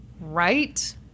Right